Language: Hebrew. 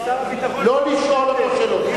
לא לשאול אותו שאלות.